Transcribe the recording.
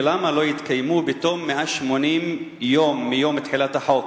ולמה לא התקיימו בתום 180 יום מיום תחילת החוק?